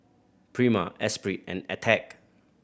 Prima Esprit and Attack